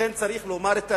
לכן צריך לומר את האמת: